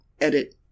edit